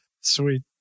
Sweet